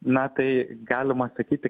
na tai galima sakyti